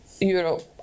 europe